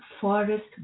forest